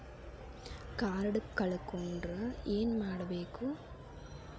Card ಕಳ್ಕೊಂಡ್ರ ಏನ್ ಮಾಡಬೇಕು?